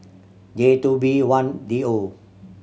J two B one D O